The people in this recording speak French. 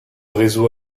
résout